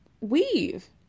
weave